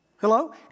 Hello